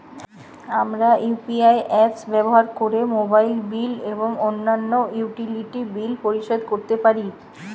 আমরা UPI apps ব্যবহার করে মোবাইল বিল এবং অন্যান্য ইউটিলিটি বিল পরিশোধ করতে পারি